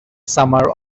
summer